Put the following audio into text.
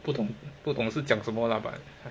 不懂不懂是讲什么 lah but ha